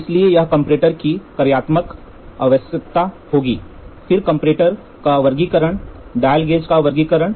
इसलिए यहां कंपैरेटर की कार्यात्मक आवश्यकता होगी फिर कंपैरेटर का वर्गीकरण डायल गेज का वर्गीकरण